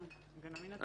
כן.